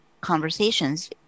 conversations